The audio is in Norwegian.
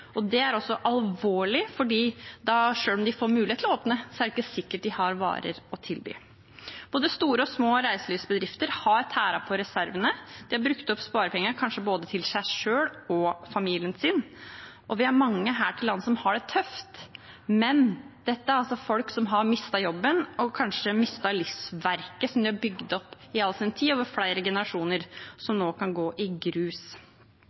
Det er også alvorlig, for selv om de får mulighet til å åpne, er det ikke sikkert de har varer å tilby. Både store og små reiselivsbedrifter har tæret på reservene. De har brukt opp sparepengene, kanskje både egne og familiens. Vi er mange her til lands som har det tøft, men dette er altså folk som har mistet jobben og kanskje livsverket, som de har bygd opp over lang tid, over flere generasjoner, og som nå kan gå i grus.